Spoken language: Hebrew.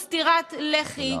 בכנף.